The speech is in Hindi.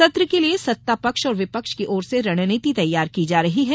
सत्र के लिये सत्ता पक्ष और विपक्ष की ओर से रणनीति तैयार की जा रही है